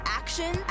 action